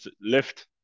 lift